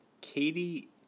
Katie